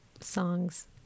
Songs